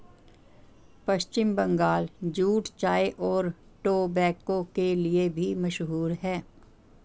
पश्चिम Bangal jute चाय और tobacco के लिए भी मशहूर है